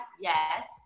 yes